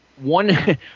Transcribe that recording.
one